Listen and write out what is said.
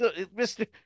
Mr